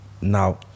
now